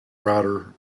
writer